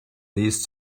these